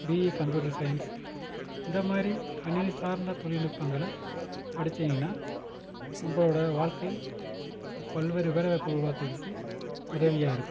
BE computer science இந்த மாதிரி கணினி சார்ந்த தொழில்நுட்பங்கள படிச்சீங்கன்னால் உங்களோடய வாழ்க்கை பல்வேறு வேலைவாய்ப்புகள் உருவாக்குகிறதுக்கு உதவியாக இருக்கும்